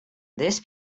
this